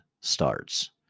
starts